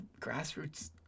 grassroots